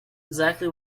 exactly